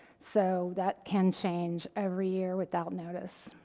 so that can change every year without notice.